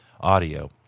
audio